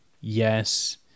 yes